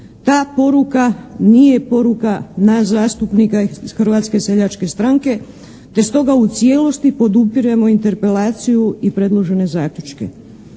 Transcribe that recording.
Ta poruka nije poruka nas zastupnika iz Hrvatske seljačke stranke te stoga u cijelosti podupiremo Interpelaciju i predložene zaključke.